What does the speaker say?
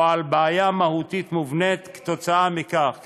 או בעיה מהותית מובנית בעקבות זאת,